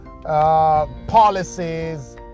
policies